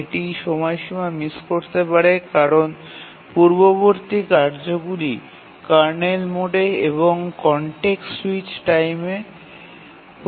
এটি সময়সীমা মিস করতে পারে কারণ পূর্ববর্তী কার্যগুলি কার্নেল মোডে এবং কনটেক্সট স্যুইচ টাইমে হয়ে যায়